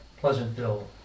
Pleasantville